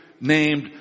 named